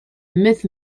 myth